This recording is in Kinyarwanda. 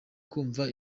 kumva